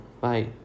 Bye